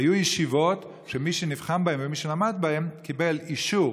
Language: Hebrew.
היו ישיבות שמי שנבחן בהן ומי שלמד בהן קיבל אישור